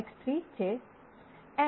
N n1 n2 n3 હોઈ શકે